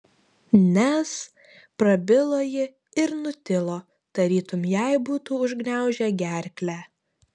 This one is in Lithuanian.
nes prabilo ji ir nutilo tarytum jai būtų užgniaužę gerklę